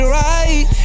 right